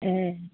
ए